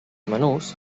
menús